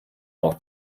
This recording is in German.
auch